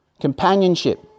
Companionship